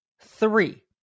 three